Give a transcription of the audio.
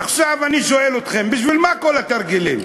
עכשיו אני שואל אתכם: בשביל מה כל התרגילים?